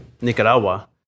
Nicaragua